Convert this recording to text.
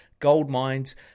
Goldmines